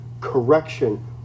correction